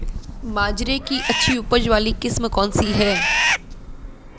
बाजरे की अच्छी उपज वाली किस्म कौनसी है?